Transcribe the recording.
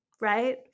right